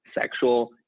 sexual